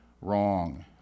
wrong